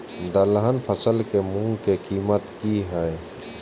दलहन फसल के मूँग के कीमत की हय?